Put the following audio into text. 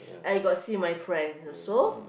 I got see my friend also